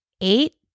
eight